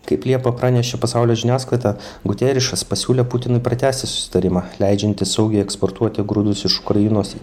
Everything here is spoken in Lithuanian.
kaip liepą pranešė pasaulio žiniasklaida gutierešas pasiūlė putinui pratęsti susitarimą leidžiantį saugiai eksportuoti grūdus iš ukrainos